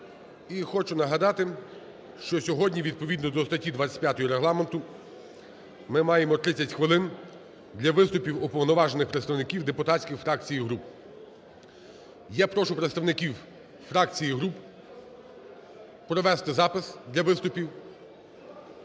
хочу нагадати, що сьогодні відповідно до статті 25 Регламенту ми маємо 30 хвилин для виступів уповноважених представників депутатських фракцій і груп. Я прошу представників фракцій і груп провести запис для виступів.